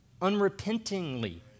unrepentingly